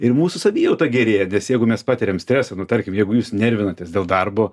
ir mūsų savijauta gerėja nes jeigu mes patiriam stresą nu tarkim jeigu jūs nervinatės dėl darbo